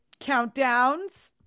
countdowns